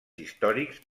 històrics